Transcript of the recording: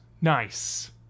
Nice